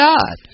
God